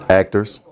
actors